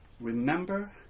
remember